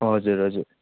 हजुर हजुर